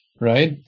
right